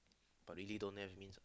but really don't have means